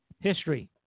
history